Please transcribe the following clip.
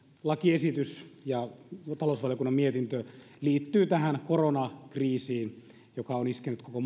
lakiesitys ja talousvaliokunnan mietintö liittyvät tähän koronakriisiin joka on iskenyt koko